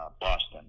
Boston